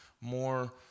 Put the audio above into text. more